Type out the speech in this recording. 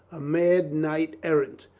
a mad knight errant.